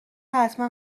حتما